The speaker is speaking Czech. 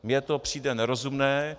Mně to přijde nerozumné.